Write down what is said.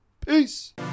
peace